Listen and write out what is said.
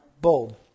bold